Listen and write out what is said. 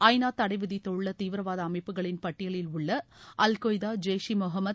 ஐநா தடை விதித்துள்ள தீவிரவாத அமைப்புகளின் பட்டியலில் உள்ள அல் கொய்தா ஜெய்ஷ் இ முகமது